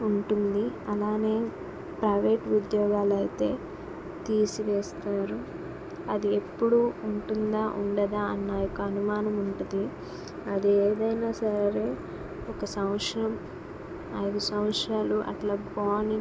ఉంటుంది అలానే ప్రైవేట్ ఉద్యోగాలయితే తీసి వేస్తారు అది ఎప్పుడు ఉంటుందా ఉండదా అన్న ఒక అనుమానం ఉంటుంది అది ఏదైనా సరే ఒక సంవత్సరం ఐదు సంవత్సరాలు అట్లా పోని